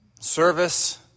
service